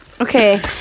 Okay